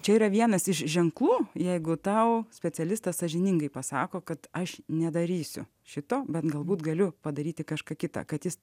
čia yra vienas iš ženklų jeigu tau specialistas sąžiningai pasako kad aš nedarysiu šito bet galbūt galiu padaryti kažką kita kad jis